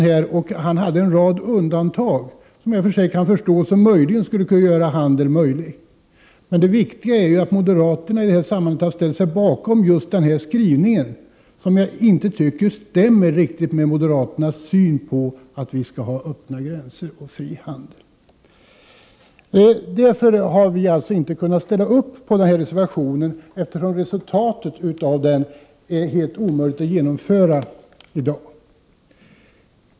Han redogjorde för en rad undantag som, såvitt jag förstår, skulle kunna göra handel möjlig. Men det viktiga är ju att moderaterna i detta sammanhang har ställt sig bakom just denna skrivning. Jag tycker inte att denna skrivning riktigt stämmer med moderaternas syn på att vi skall ha öppna gränser och fri handel. Vi i folkpartiet har inte kunnat ställa oss bakom denna reservation, eftersom innehållet i den är helt omöjligt att realisera i dag.